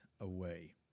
away